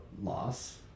loss